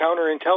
counterintelligence